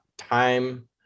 Time